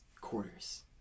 quarters